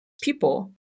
people